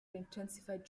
intensified